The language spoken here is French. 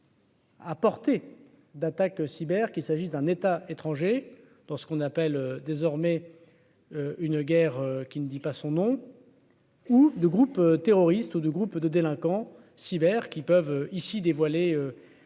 à porter d'attaque cyber, qu'il s'agisse d'un État étranger dans ce qu'on appelle désormais une guerre qui ne dit pas son nom. Ou de groupes terroristes ou du groupe de délinquants cyber qui peuvent ici dévoilé.